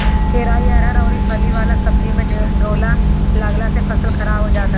केराई, अरहर अउरी फली वाला सब्जी में ढोला लागला से फसल खराब हो जात हवे